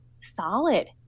solid